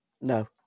no